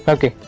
Okay